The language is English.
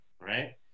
right